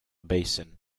basin